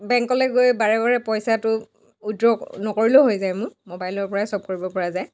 বেংকলৈ গৈ বাৰে বাৰে পইচাটো উইড্ৰ নকৰিলেও হৈ যায় মোৰ মোবাইলৰ পৰাই চব কৰিব পৰা যায়